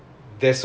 ya